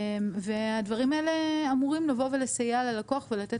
הדברים האלה אמורים לבוא ולסייע ללקוח ולתת